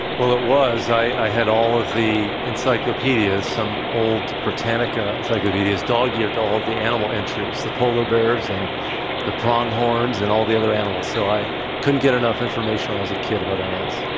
well, it was. i had all of the encyclopedias, some old britannica encyclopedias dog-eared to all of the animal entries, the polar bears and the pronghorns and all the other animals. so i couldn't get enough information when i was a kid about animals.